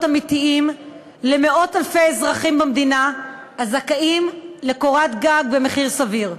אמיתיים למאות אלפי אזרחים במדינה הזכאים לקורת גג במחיר סביר.